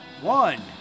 one